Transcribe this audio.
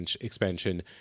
expansion